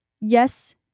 yes